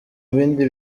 bindi